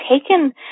taken